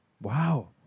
Wow